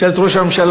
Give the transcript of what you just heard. תשאל את ראש הממשלה,